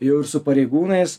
jau ir su pareigūnais